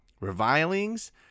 revilings